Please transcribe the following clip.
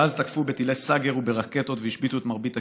ואז תקפו בטילי סאגר וברקטות והשביתו את מרבית הכלים.